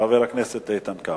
חבר הכנסת איתן כבל.